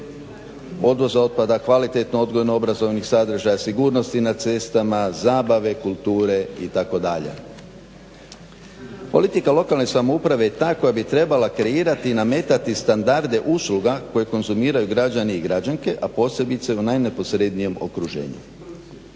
odvoza otpada, kvalitetno odgojno-obrazovnih sadržaja, sigurnosti na cestama, zabave, kulture itd. Politika lokalne samouprave je ta koja bi trebala kreirati i nametati standarde usluga koje konzumiraju građani i građanke a posebice u najneposrednijem okruženju.